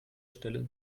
stelle